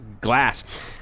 glass